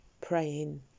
praying